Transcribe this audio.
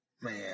man